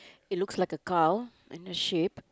it looks like a cow in the shape